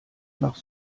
nach